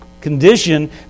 condition